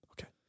Okay